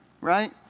right